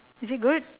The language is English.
is it good